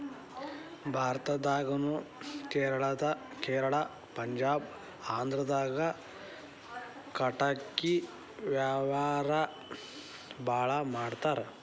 ಭಾರತದಾಗುನು ಕೇರಳಾ ಪಂಜಾಬ ಆಂದ್ರಾದಾಗ ಕಟಗಿ ವ್ಯಾವಾರಾ ಬಾಳ ಮಾಡತಾರ